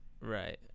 Right